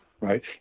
Right